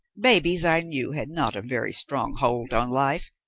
babies, i knew, had not a very strong hold on life,